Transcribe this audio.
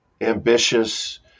ambitious